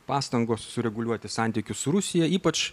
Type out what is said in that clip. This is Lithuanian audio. pastangos sureguliuoti santykius su rusija ypač